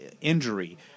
injury